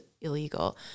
illegal